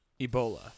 Ebola